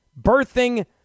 birthing